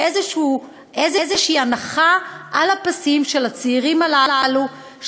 ואיזושהי הנחה של הצעירים הללו על הפסים,